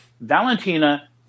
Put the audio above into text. Valentina